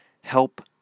help